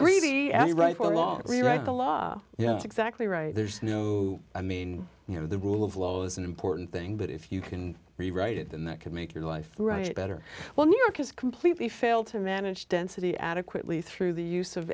we write for long we write the law yeah that's exactly right there's no i mean you know the rule of law is an important thing but if you can rewrite it then that can make your life write better when new york has completely failed to manage density adequately through the use of